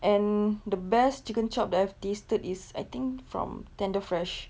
and the best chicken chop that I've tasted is I think from tenderfresh